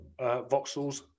Voxels